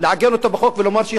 לעגן אותה בחוק ולומר שהיא